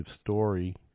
story